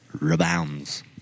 rebounds